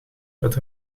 dat